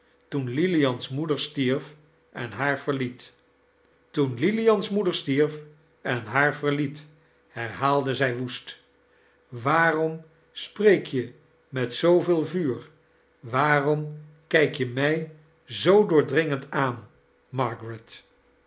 toen lilian's moeder stierf en haar verliet toen lilian's moeder stierf en haar verliet herhaalde zij woest waarom spreek je met zooveel vuur waarom kij'k je mij zoo doordringend aan margaret